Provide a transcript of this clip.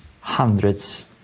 hundreds